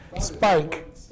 spike